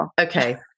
okay